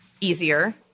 easier